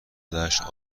دشت